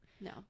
no